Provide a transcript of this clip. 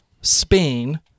Spain